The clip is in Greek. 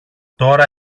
τώρα